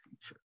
future